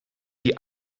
die